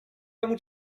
tomu